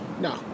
No